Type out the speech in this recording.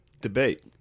debate